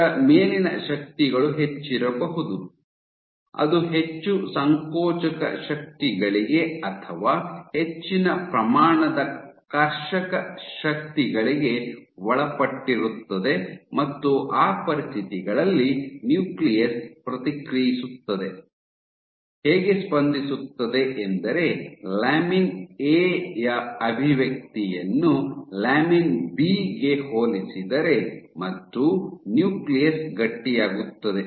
ಅದರ ಮೇಲಿನ ಶಕ್ತಿಗಳು ಹೆಚ್ಚಿರಬಹುದು ಅದು ಹೆಚ್ಚು ಸಂಕೋಚಕ ಶಕ್ತಿಗಳಿಗೆ ಅಥವಾ ಹೆಚ್ಚಿನ ಪ್ರಮಾಣದ ಕರ್ಷಕ ಶಕ್ತಿಗಳಿಗೆ ಒಳಪಟ್ಟಿರುತ್ತದೆ ಮತ್ತು ಆ ಪರಿಸ್ಥಿತಿಗಳಲ್ಲಿ ನ್ಯೂಕ್ಲಿಯಸ್ ಪ್ರತಿಕ್ರಿಯಿಸುತ್ತದೆ ಹೇಗೆ ಸ್ಪಂದಿಸುತ್ತದೆ ಎಂದರೆ ಲ್ಯಾಮಿನ್ ಎ ಯ ಅಭಿವ್ಯಕ್ತಿಯನ್ನು ಲ್ಯಾಮಿನ್ ಬಿ ಗೆ ಹೋಲಿಸಿದರೆ ಮತ್ತು ನ್ಯೂಕ್ಲಿಯಸ್ ಗಟ್ಟಿಯಾಗುತ್ತದೆ